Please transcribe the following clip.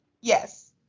yes